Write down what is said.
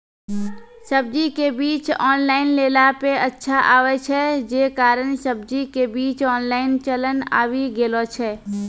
सब्जी के बीज ऑनलाइन लेला पे अच्छा आवे छै, जे कारण सब्जी के बीज ऑनलाइन चलन आवी गेलौ छै?